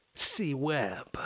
C-Webb